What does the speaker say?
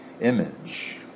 image